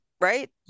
right